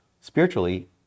spiritually